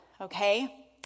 okay